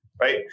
right